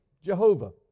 Jehovah